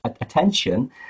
attention